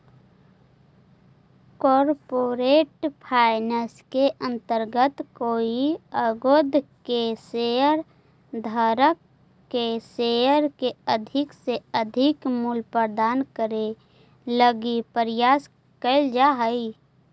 corporate finance के अंतर्गत कोई उद्योग के शेयर धारक के शेयर के अधिक से अधिक मूल्य प्रदान करे लगी प्रयास कैल जा हइ